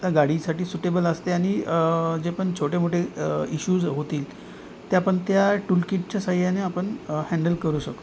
त्या गाडीसाठी सुटेबल असते आणि जे पण छोटेमोठे इशूज होतील ते आपण त्या टूल किटच्या साहाय्याने आपण हँन्डल करू शकतो